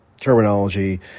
terminology